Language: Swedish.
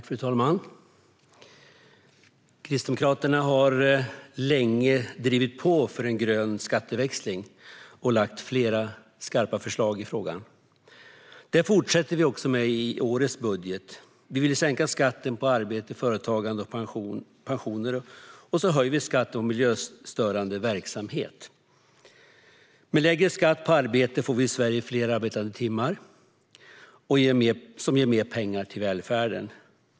Fru talman! Kristdemokraterna har länge drivit på för en grön skatteväxling och lagt fram flera skarpa förslag i frågan. Det fortsätter vi med också i årets budget. Vi vill sänka skatten på arbete, företagande och pensioner och höja skatten på miljöstörande verksamhet. Med lägre skatt på arbete får vi i Sverige fler arbetade timmar, vilket ger mer pengar till välfärden.